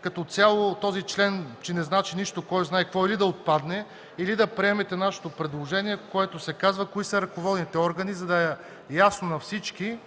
като цяло този член – не значи нищо кой знае какво: или да отпадне, или да приемете нашето предложение, в което се казва кои са ръководните органи, за да е ясно на всички